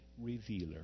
revealer